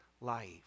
life